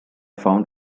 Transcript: found